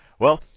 well,